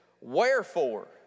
Wherefore